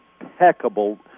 impeccable